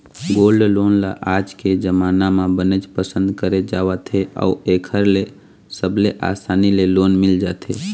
gold loan ल आज के जमाना म बनेच पसंद करे जावत हे अउ एखर ले सबले असानी ले लोन मिल जाथे